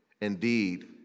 Indeed